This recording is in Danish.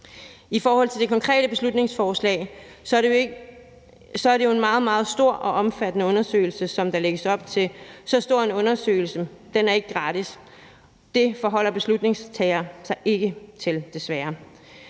I forhold til det konkrete beslutningsforslag er det jo en meget, meget stor og omfattende undersøgelse, som der lægges op til, og så stor en undersøgelse er ikke gratis. Det forholder beslutningsforslaget sig ikke til, desværre.